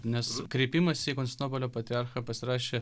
nes kreipimąsi į konstantinopolio patriarchą pasirašė